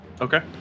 Okay